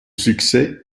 succès